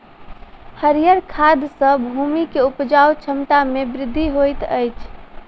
हरीयर खाद सॅ भूमि के उपजाऊ क्षमता में वृद्धि होइत अछि